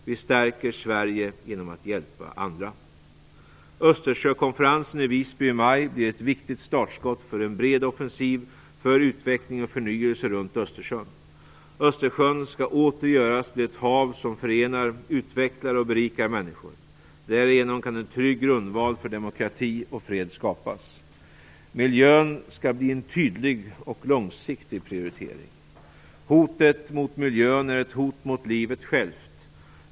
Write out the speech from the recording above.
Vi stärker Sverige genom att hjälpa andra. Östersjökonferensen i Visby i maj blir ett viktigt startskott för en bred offensiv för utveckling och förnyelse runt Östersjön. Östersjön skall åter göras till ett hav som förenar, utvecklar och berikar människor. Därigenom kan en trygg grundval för demokrati och fred skapas. 3. Miljön skall bli en tydlig och långsiktig prioritering. Hotet mot miljön är ett hot mot livet självt.